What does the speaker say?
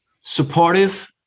supportive